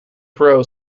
crow